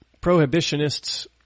Prohibitionists